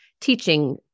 teaching